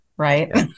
Right